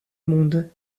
monde